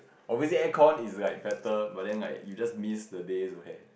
obviously aircon is like better but then like you just miss the days where